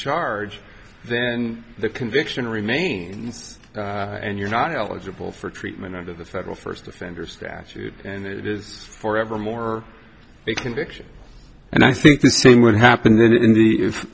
charge then the conviction remains and you're not eligible for treatment under the federal first offender statute and it is for ever more conviction and i think the same would happen then in the